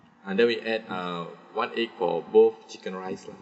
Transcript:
ah then we add uh one egg for both chicken rice lah